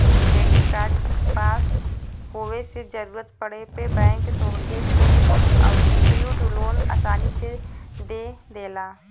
credit card पास होये से जरूरत पड़े पे बैंक तोहके प्री अप्रूव्ड लोन आसानी से दे देला